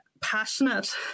passionate